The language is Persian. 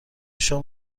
شام